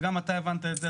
וגם אתה הבנת את זה,